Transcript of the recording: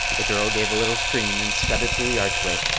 the girl gave a little scream and scudded through the archway,